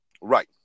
Right